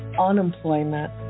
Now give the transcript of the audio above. unemployment